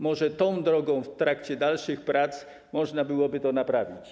Może tą drogą w trakcie dalszych prac można byłoby to naprawić.